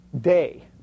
day